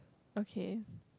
okay